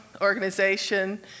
organization